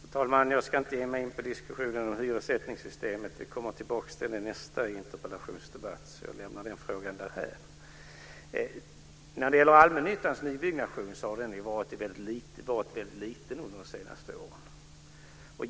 Fru talman! Jag ska inte ge mig in i diskussionen om hyressättningssystemet. Eftersom vi kommer till det i nästa interpellationsdebatt lämnar jag den frågan därhän. Allmännyttans nybyggnation har väldigt liten under de senaste åren.